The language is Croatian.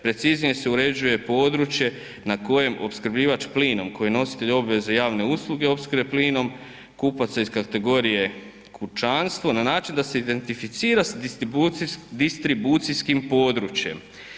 Preciznije se uređuje područje na kojem opskrbljivač plinom koji je nositelj obveze javne usluge opskrbe plinom kupaca iz kategorije kućanstva na način da se identificira s distribucijskim područjem.